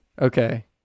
Okay